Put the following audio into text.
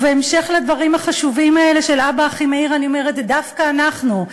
ובהמשך לדברים החשובים האלה של אבא אחימאיר אני אומרת: דווקא אנחנו,